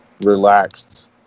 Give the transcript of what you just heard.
relaxed